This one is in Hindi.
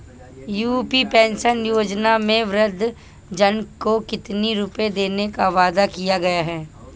यू.पी पेंशन योजना में वृद्धजन को कितनी रूपये देने का वादा किया गया है?